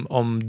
om